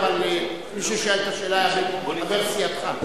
מי ששאל את השאלה הוא חבר סיעתך,